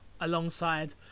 alongside